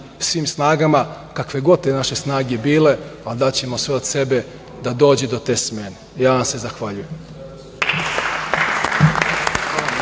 svim snagama kakve god te naše snage bile, a daćemo sve od sebe da dođe do te smene. Ja vam se zahvaljujem.